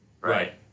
Right